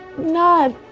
not